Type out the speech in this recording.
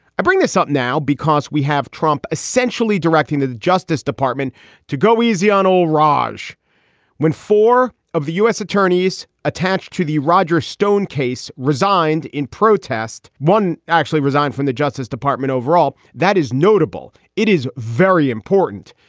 i bring this up now because we have trump essentially directing the the justice department to go easy on old raj when four of the u s. attorneys attached to the roger stone case resigned in protest. one actually resigned from the justice department overall. that is notable. it is very important.